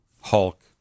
Hulk